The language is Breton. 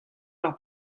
mar